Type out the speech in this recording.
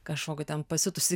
kažkokį ten pasiutusį